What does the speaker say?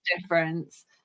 difference